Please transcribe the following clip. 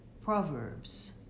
Proverbs